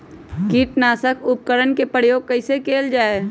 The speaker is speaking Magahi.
किटनाशक उपकरन का प्रयोग कइसे कियल जाल?